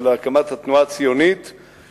של הקמת התנועה הציונית,